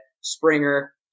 Springer